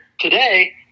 today